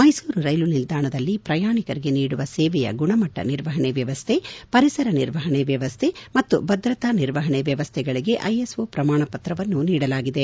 ಮೈಸೂರು ರೈಲು ನಿಲ್ದಾಣದಲ್ಲಿ ಪ್ರಯಾಣಿಕರಿಗೆ ನೀಡುವ ಸೇವೆಯ ಗುಣಮಟ್ಟ ನಿರ್ವಹಣೆ ವ್ಯವಸ್ಥೆ ಪರಿಸರ ನಿರ್ವಹಣೆ ವ್ಯವಸ್ಥೆ ಮತ್ತು ಭದ್ರತಾ ನಿರ್ವಹಣೆ ವ್ಯವಸ್ಥೆಗಳಿಗೆ ಐಎಸ್ಒ ಪ್ರಮಾಣಪತ್ರವನ್ನು ನೀಡಲಾಗಿದೆ